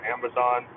Amazon